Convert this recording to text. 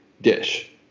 dish